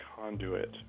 conduit